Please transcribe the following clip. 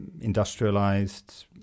industrialized